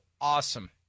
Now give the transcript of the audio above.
awesome